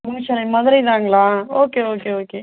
முனீஸ்வரன் மதுரைதான்ங்களா okay okay okay